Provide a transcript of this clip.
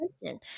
question